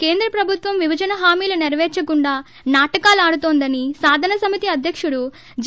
కేంద్ర ప్రభుత్వం విభజన హామీలు నెరపేర్చకుండా నాటకాలాడుతోందని సాధన సమితి అధ్యక్షుడు జె